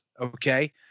Okay